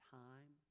time